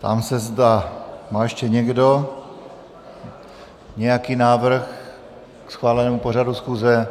Ptám se, zda má ještě někdo nějaký návrh k schválenému pořadu schůze.